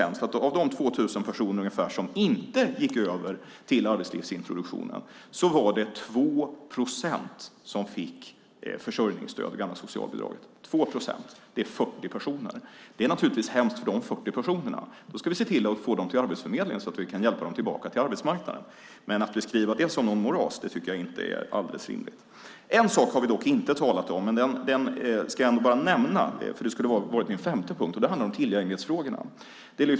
Av de ungefär 2 000 personer som inte gick över till arbetslivsintroduktionen var det 2 procent som fick försörjningsstöd, det gamla socialbidraget. 2 procent i det fallet är 40 personer. Det är naturligtvis hemskt för dessa 40 personer, och vi ska se till att få dem till Arbetsförmedlingen så att vi kan hjälpa dem tillbaka till arbetsmarknaden. Att beskriva det som moras tycker jag inte är rimligt. En sak har vi dock inte talat om, och den ska jag bara kort nämna. Det skulle ha varit min femte punkt, och det gäller tillgängligheten.